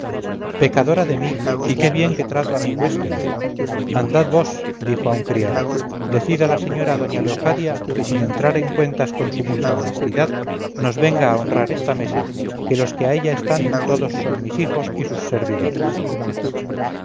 pecadora de mí y qué bien que trato a mi huéspeda andad vos dijo a un criado decid a la señora doña leocadia que sin entrar en cuentas con su mucha honestidad nos venga a honrar esta mesa que los que a ella están todos son mis hijos y sus servidores